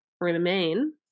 remain